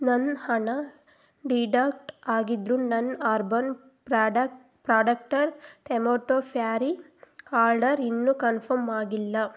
ನನ್ನ ಹಣ ಡಿಡಕ್ಟ್ ಆಗಿದ್ದರೂ ನನ್ನ ಅರ್ಬನ್ ಪ್ರಾಡಕ್ಟ್ ಪ್ರಾಡಕ್ಟರ್ ಟೆಮೋಟೋ ಫ್ಯಾರಿ ಆರ್ಡರ್ ಇನ್ನೂ ಕನ್ಫಮ್ ಆಗಿಲ್ಲ